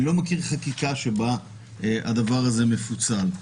אני לא מכיר חקיקה שבה הדבר הזה מפוצל.